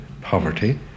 poverty